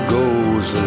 goes